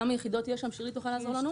כמה יחידות יש שם, שירלי תוכל לעזור לנו?